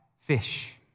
fish